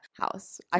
house